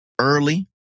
early